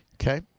Okay